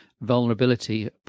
vulnerability